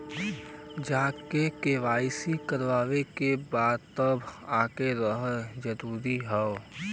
जेकर के.वाइ.सी करवाएं के बा तब ओकर रहल जरूरी हे?